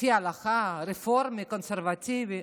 לפי ההלכה, רפורמי, קונסרבטיבי.